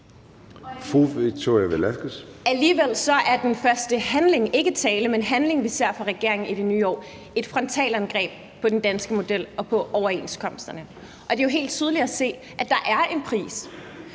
her mener jeg altså handling og ikke tale – vi ser fra regeringen i det nye år, et frontalangreb på den danske model og på overenskomsterne. Og det er jo helt tydeligt at se, at der er en pris,